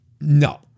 no